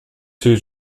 two